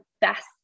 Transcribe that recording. best